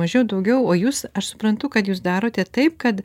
mažiau daugiau o jūs aš suprantu kad jūs darote taip kad